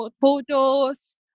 photos